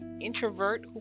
introvert